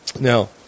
Now